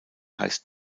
heißt